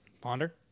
Ponder